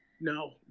No